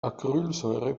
acrylsäure